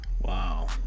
Wow